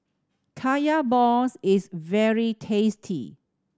Kaya balls is very tasty